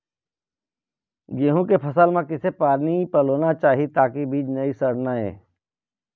गेहूं के फसल म किसे पानी पलोना चाही ताकि बीज नई सड़ना ये?